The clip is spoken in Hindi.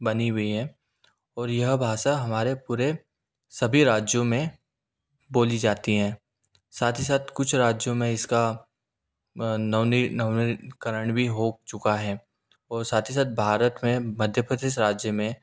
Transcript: बनी हुई है और यह भाषा हमारे पूरे सभी राज्यों में बोली जाती है साथ ही साथ कुछ राज्यों में इसका नवनी नवीनीकरण भी हो चुका है और साथ ही साथ भारत में मध्य प्रदेश राज्य में